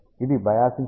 ఇది biasing circuit